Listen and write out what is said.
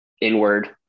inward